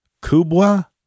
Kubwa